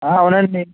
అవునండి